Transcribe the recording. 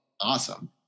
awesome